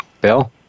Bill